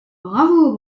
bravo